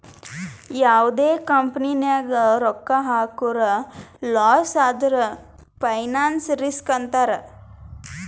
ಯಾವ್ದೇ ಕಂಪನಿ ನಾಗ್ ರೊಕ್ಕಾ ಹಾಕುರ್ ಲಾಸ್ ಆದುರ್ ಫೈನಾನ್ಸ್ ರಿಸ್ಕ್ ಅಂತಾರ್